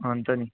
अन्त नि